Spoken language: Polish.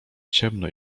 ciemno